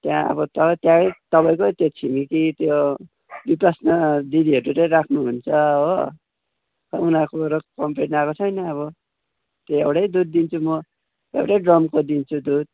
त्यहाँ अब त्यहीँ तपाईँकै त्यो छिमेकी त्यो बिपासना दिदीहरूले राख्नुहुन्छ हो उनीहरूकोबाट कम्प्लेन आएको छैन अब त्यही एउटै दुध दिन्छु म एउटै ड्रमको दिन्छु दुध